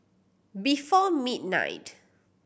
before midnight